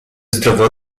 zdrowo